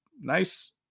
nice